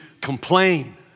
complain